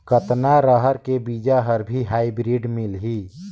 कतना रहर के बीजा हर भी हाईब्रिड मिलही?